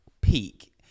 peak